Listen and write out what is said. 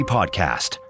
Podcast